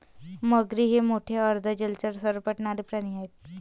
मगरी हे मोठे अर्ध जलचर सरपटणारे प्राणी आहेत